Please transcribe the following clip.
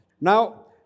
Now